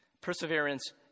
perseverance